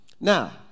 Now